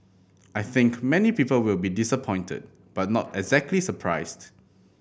I think many people will be disappointed but not exactly surprised